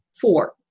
Four